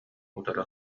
утары